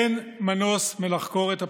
אין מנוס מלחקור את הפרשה,